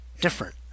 different